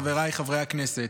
חבריי חברי הכנסת,